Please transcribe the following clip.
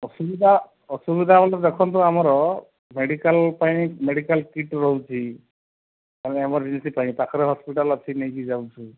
ଅସୁବିଧା ଅସୁବିଧା ବୋଲି ଦେଖନ୍ତୁ ଆମର ମେଡ଼ିକାଲ ପାଇଁ ମେଡ଼ିକାଲ କିଟ୍ ରହୁଛି ଆଉ ଏମରଜେନ୍ସି ପାଇଁ ପାଖରେ ହସ୍ପିଟାଲ ଅଛି ନେଇକି ଯାଉଛୁ